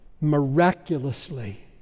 miraculously